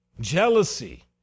Jealousy